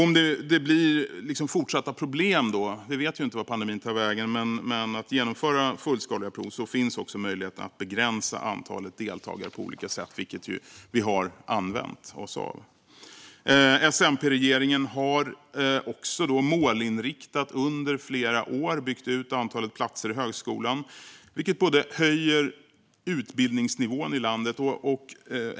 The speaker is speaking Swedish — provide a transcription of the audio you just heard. Om det blir fortsatta problem med att genomföra fullskaliga prov - vi vet ju inte vart pandemin tar vägen - finns även möjligheten att begränsa antalet deltagare på olika sätt, vilket vi har använt oss av. S-MP-regeringen har också under flera år målinriktat byggt ut antalet platser i högskolan, vilket höjer utbildningsnivån i landet.